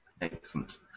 Excellent